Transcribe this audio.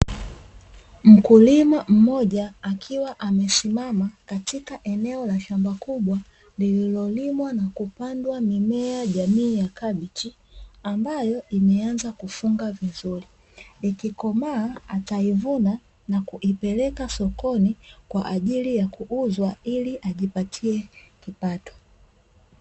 Mkulima mmoja akiwa amesimama katika eneo la shamba kubwa, lililolimwa na kupandwa mimea jamii ya kabichi ambayo imeanza kufunga vizuri, ikikomaa ataivuna na kuipeleka sokoni kwa ajili ya kuuzwa ili ajipatie kipato.